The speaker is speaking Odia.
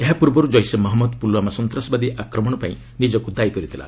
ଏହା ପୂର୍ବରୁ ଜୈସେ ମହମ୍ମଦ ପୁଲ୍ୱାମା ସନ୍ତାସବାଦୀ ଆକ୍ରମଣ ପାଇଁ ନିଜକୁ ଦାୟି କରିଥିଲା